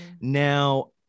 now